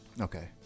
Okay